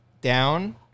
down